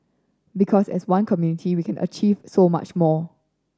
because as one community we can achieve so much more